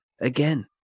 Again